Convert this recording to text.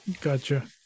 gotcha